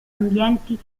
ambienti